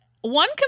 one